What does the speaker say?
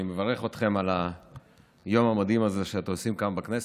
אני מברך אתכם על היום המדהים הזה שאתם עושים כאן בכנסת.